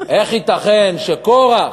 איך ייתכן שקורח,